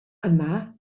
yma